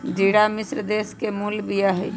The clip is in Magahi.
ज़िरा मिश्र देश के मूल बिया हइ